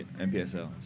NPSL